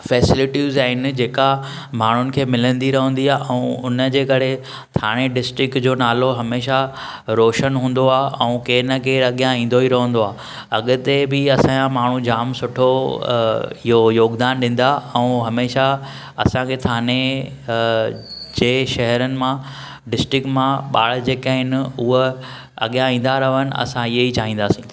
फैसिलिटियूंस आहिनि जेका माण्हुनि खे मिलंदी रहंदी आहे ऐं उन जे करे थाणे डिस्टिक जो नालो हमेशह रोशन हूंदो आहे ऐं केर न केर अॻियां ईंदो ई रहंदो आहे अॻिते बि असां जा माण्हू जाम सुठो योगदान ॾींदा ऐं हमेशह असां खे थाने जे शहरन मां डिस्टिक मां ॿार जेके आहिनि उहे अॻियां ईंदा रहन असां इहो ई चाहिदासीं